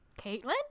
Caitlin